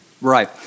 right